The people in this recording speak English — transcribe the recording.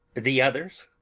the others?